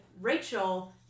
Rachel